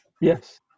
Yes